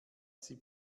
sie